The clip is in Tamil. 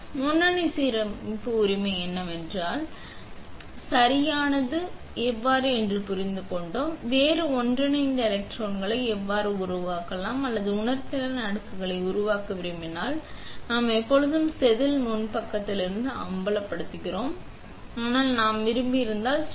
இப்போது வரை முன்னணி சீரமைப்பு உரிமை என்னவென்றால் முன்னணி சீரமைப்பு சரியானது மற்றும் முன் சீரமைப்பு எவ்வாறு உதவுகிறது என்பதைப் புரிந்துகொண்டோம் நீங்கள் வேறு ஒன்றிணைந்த எலக்ட்ரோக்களை எவ்வாறு உருவாக்கலாம் அல்லது வேறு ஏதேனும் ஒரு உணர்திறன் அடுக்குகளை உருவாக்க விரும்பினால் நாம் எப்பொழுதும் செதில் முன் பக்கத்திலிருந்து அம்பலப்படுத்துகிறோம் ஆனால் நான் விரும்பியிருந்தால்